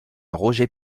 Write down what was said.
roger